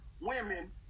women